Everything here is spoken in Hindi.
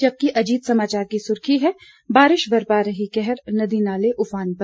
जबकि अजीत समाचार की सुर्खी है बारिश बरपा रही कहर नदियां नाले उफान पर